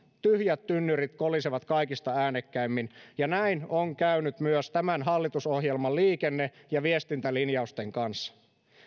tyhjät tynnyrit kolisevat kaikista äänekkäimmin ja näin on käynyt myös tämän hallitusohjelman liikenne ja viestintälinjausten kanssa